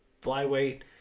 Flyweight